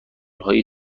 های